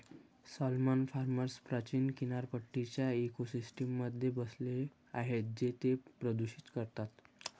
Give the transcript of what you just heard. salmon farms प्राचीन किनारपट्टीच्या इकोसिस्टममध्ये बसले आहेत जे ते प्रदूषित करतात